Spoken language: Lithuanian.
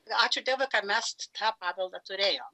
ačiū dievui kad mes tą paveldą turėjom